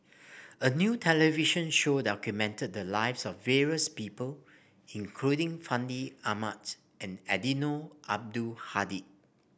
a new television show documented the lives of various people including Fandi Ahmad and Eddino Abdul Hadi